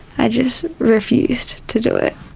i just refused to do it.